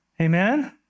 Amen